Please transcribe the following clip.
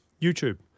YouTube